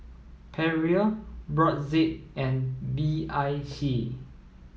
Perrier Brotzeit and B I C